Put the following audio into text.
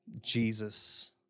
Jesus